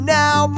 now